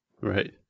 Right